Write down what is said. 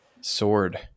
sword